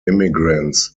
immigrants